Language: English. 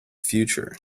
future